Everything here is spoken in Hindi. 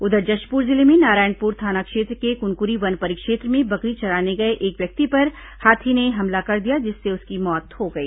उधर जशपुर जिले में नारायणपुर थाना क्षेत्र के कुनकुरी वन परिक्षेत्र में बकरी चराने गए एक व्यक्ति पर हाथी ने हमला कर दिया जिससे उसकी मौत हो गई